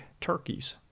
turkeys